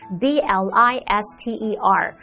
B-L-I-S-T-E-R